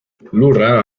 lurra